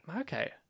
Okay